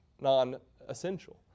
non-essential